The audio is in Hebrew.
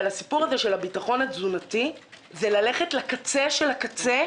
אבל הסיפור הזה של הביטחון התזונתי זה ללכת לקצה של הקצה,